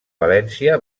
valència